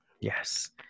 Yes